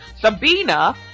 Sabina